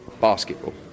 basketball